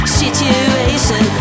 situation